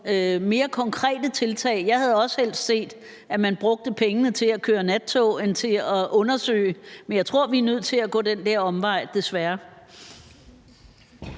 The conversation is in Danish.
mere konkrete tiltag. Jeg havde også helst set, at man brugte pengene til at køre nattog frem for til at undersøge, men jeg tror, vi er nødt til at gå den der omvej, desværre.